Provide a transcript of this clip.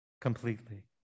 completely